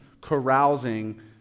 carousing